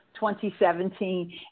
2017